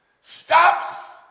stops